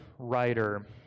Writer